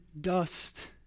dust